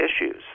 issues